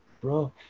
bro